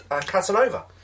Casanova